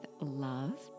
love